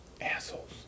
Assholes